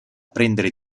prendere